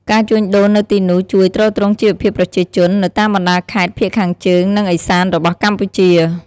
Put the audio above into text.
ការជួញដូរនៅទីនោះជួយ ទ្រទ្រង់ជីវភាពប្រជាជន នៅតាមបណ្តាខេត្តភាគខាងជើង និងឦសានរបស់កម្ពុជា។